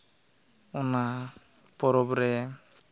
ᱚᱱᱟ ᱯᱚᱨᱚᱵ ᱨᱮ